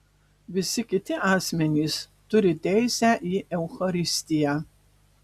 visi kiti asmenys turi teisę į eucharistiją